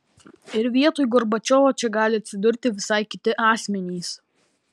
ir vietoj gorbačiovo čia gali atsidurti visai kiti asmenys